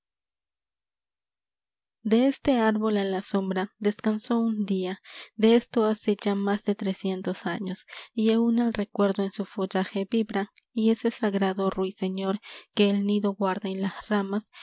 e este árbol a la sombra descansó un día de esto hace ya más de trecientos años y aún el recuerdo en su follaje vibra y ese sagrado ruiseñor que el nido guarda en las ramas